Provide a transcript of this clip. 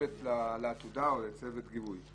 לעתודה או לצוות גיבוי.